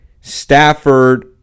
Stafford